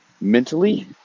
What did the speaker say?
mentally